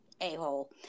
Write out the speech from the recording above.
a-hole